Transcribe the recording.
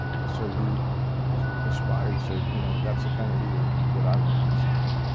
and so you you aspire you say you know that's the kind of leader that i want to be someday.